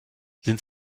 sind